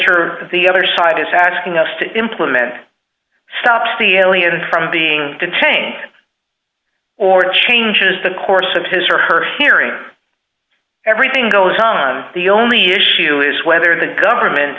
that the other side is asking us to implement stopped the aliens from being detained or it changes the course of his or her hearing everything goes on the only issue is whether the government